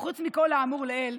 וחוץ מכל האמור לעיל,